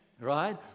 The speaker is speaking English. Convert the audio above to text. right